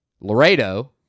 Laredo